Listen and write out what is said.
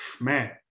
man